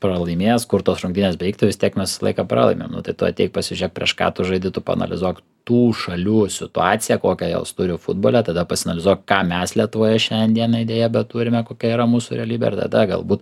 pralaimės kur tos rungtynės bevyktų vis tiek mes visą laiką pralaimim nu tai tu ateik pasižiūrėk prieš ką tu žaidi tu paanalizuok tų šalių situaciją kokią jos turi futbole tada pasianalizuok ką mes lietuvoj šiandien dienai deja bet turime kokia yra mūsų realybė ir tada galbūt